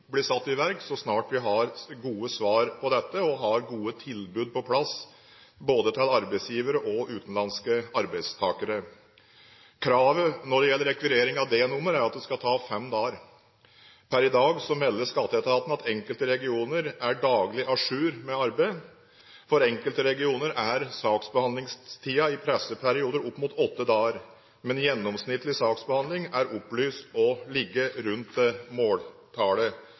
satt i verk så snart vi har gode svar på dette og gode tilbud på plass både til arbeidsgivere og utenlandske arbeidstakere. Kravet når det gjelder rekvirering av D-nummer, er at det skal ta fem dager. Per i dag melder skatteetaten at enkelte regioner er daglig à jour med arbeidet. For enkelte regioner er saksbehandlingstiden i pressede perioder opp mot åtte dager, men gjennomsnittlig saksbehandling er opplyst å ligge rundt måltallet.